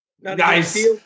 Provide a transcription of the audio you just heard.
Nice